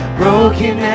broken